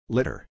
Litter